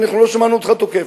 לא שמענו אותך תוקף.